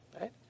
Right